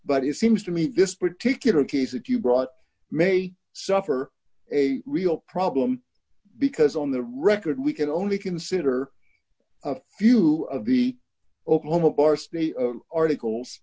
but it seems to me this particular case that you brought may suffer a real problem because on the record we can only consider a few of the oklahoma par